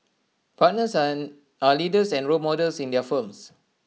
partners an are leaders and role models in their firms